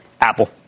Apple